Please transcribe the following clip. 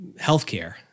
healthcare